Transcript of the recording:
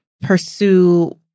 pursue